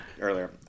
earlier